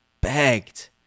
begged